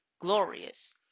glorious